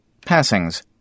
Passings